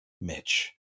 mitch